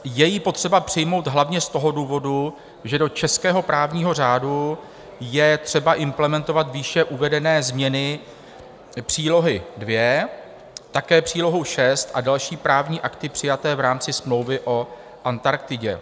Je ji potřeba přijmout hlavně z toho důvodu, že do českého právního řádu je třeba implementovat výše uvedené změny, Přílohu II, také Přílohu VI a další právní akty přijaté v rámci Smlouvy o Antarktidě.